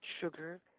sugar